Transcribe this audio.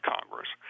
Congress